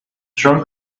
strong